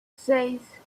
seis